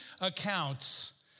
accounts